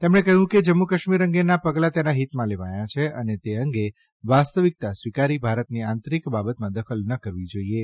તેમણે કહ્યું કે જમ્મુકાશ્મીર અંગેના પગલાં તેના હીતમાં લેવાથાં છે અને તે અંગે વાસ્તવિકતા સ્વીકારી ભારતની આંતરિક બાબતમાં દખલ ન કરવી જાઇએ